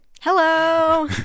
Hello